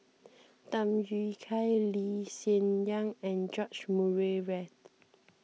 Tham Yui Kai Lee Hsien Yang and George Murray Reith